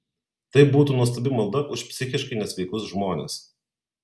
tai būtų nuostabi malda už psichiškai nesveikus žmones